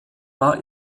war